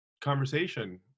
conversation